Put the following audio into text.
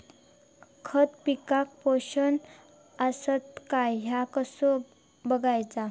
खता पिकाक पोषक आसत काय ह्या कसा बगायचा?